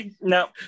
no